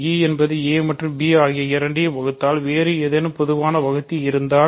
e என்பது a மற்றும் b ஆகிய இரண்டையும் வகுத்தால் வேறு ஏதேனும் பொதுவான வகுத்தி இருந்தால்